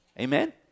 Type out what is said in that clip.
Amen